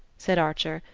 said archer,